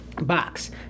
box